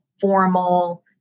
formal